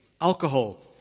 alcohol